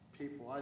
people